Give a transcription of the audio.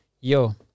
yo